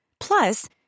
Plus